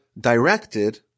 directed